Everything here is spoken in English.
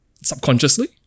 subconsciously